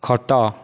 ଖଟ